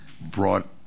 brought